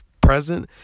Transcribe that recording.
present